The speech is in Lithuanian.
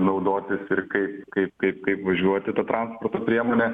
naudotis ir kai kaip kaip kaip važiuoti ta transporto priemone